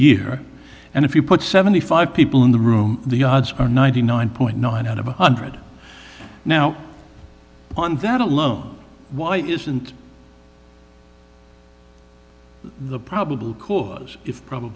year and if you put seventy five people in the room the odds are ninety nine point nine out of a hundred now on that alone why isn't the probable cause i